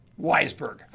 Weisberg